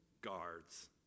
guards